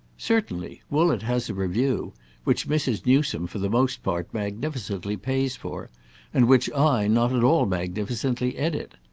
certainly. woollett has a review which mrs. newsome, for the most part, magnificently pays for and which i, not at all magnificently, edit.